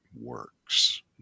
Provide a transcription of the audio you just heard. works